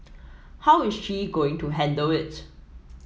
how is she going to handle it